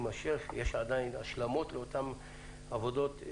יש עדין השלמות לאותן עבודות.